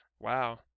Wow